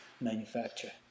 manufacture